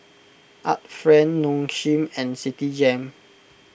Art Friend Nong Shim and Citigem